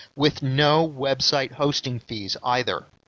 with no website hosting fees either.